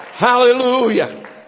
Hallelujah